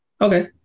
Okay